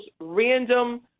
random